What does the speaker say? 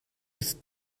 ist